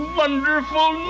wonderful